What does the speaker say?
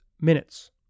minutes